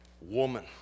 woman